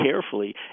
carefully